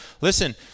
Listen